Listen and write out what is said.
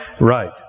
right